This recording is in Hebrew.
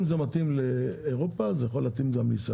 אם זה מתאים לאירופה, זה יכול להתאים גם לישראל.